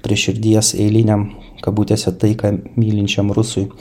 prie širdies eiliniam kabutėse taiką mylinčiam rusui